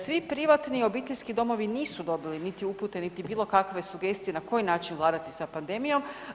Svi privatni, obiteljski domovi nisu dobili niti upute, niti bilo kakve sugestije na koji način vladati sa pandemijom.